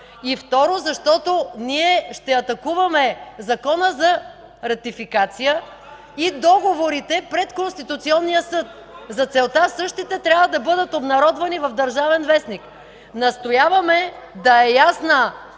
И второ, защото ние ще атакуваме Закона за ратификация и договорите пред Конституционния съд. За целта същите трябва да бъдат обнародвани в „Държавен вестник”. Настояваме да е ясна